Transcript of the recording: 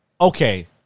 okay